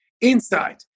inside